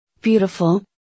beautiful